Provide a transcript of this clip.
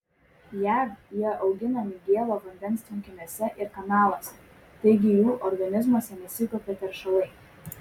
jav jie auginami gėlo vandens tvenkiniuose ir kanaluose taigi jų organizmuose nesikaupia teršalai